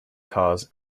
cars